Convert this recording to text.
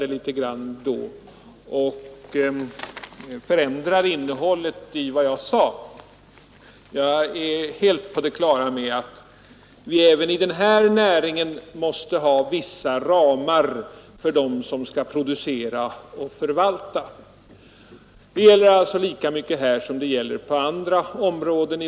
det Tisdagen den hela något och förändrar innehållet vad jag sade. Jag är helt på det klara Yäövenber 1072 med att vi även i den här näringen måste ha vissa ramar för dem som skall producera och förvalta.